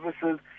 services